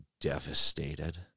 devastated